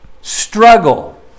struggle